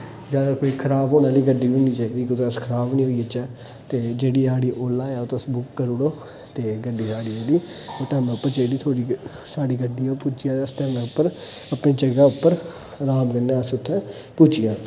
ज्यादा कोई खराब होने आह्ली गड्डी बी नेईं चाहिदी कुदै अस खराब नी होई जाचै ते जेह्ड़ी साढ़ी ओला ऐ ओह् तुस बुक करी ओड़ो ते गड्डी साढ़ी जेह्ड़ी ओह् टैमा उप्पर जेह्ड़ी थुआढ़ी साढ़ी गड्डी ओह् पुज्जी जा अस टैमा उप्पर अपनी जगह उप्पर आराम कन्नै अस उत्थै पुज्जी आ